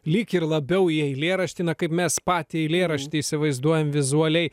lyg ir labiau į eilėraštį na kaip mes patį eilėraštį įsivaizduojam vizualiai